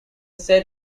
said